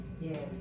Yes